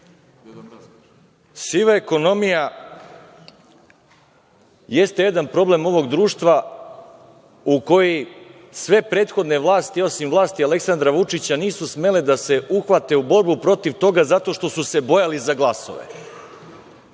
Siva ekonomija jeste jedan problem ovog društva u koji sve prethodne vlasti, osim vlasti Aleksandra Vučića, nisu smele da se uhvate u borbu protiv toga, zato što su se bojali za glasove